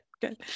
Good